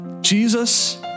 Jesus